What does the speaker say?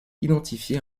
identifiés